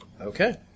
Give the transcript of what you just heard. Okay